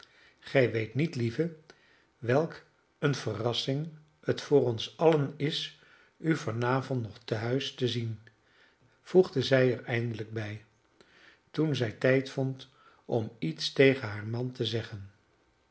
gij weet niet lieve welk eene verrassing het voor ons allen is u van avond nog tehuis te zien voegde zij er eindelijk bij toen zij tijd vond om iets tegen haar man te zeggen